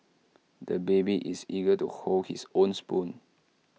the baby is eager to hold his own spoon